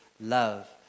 love